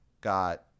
got